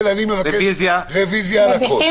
גם,